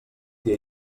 dia